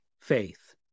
faith